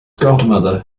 godmother